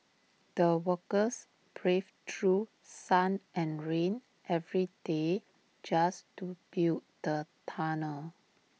the workers braved through sun and rain every day just to build the tunnel